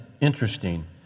interesting